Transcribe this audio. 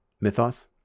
mythos